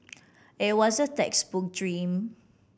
it was the textbook dream